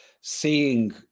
seeing